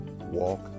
walk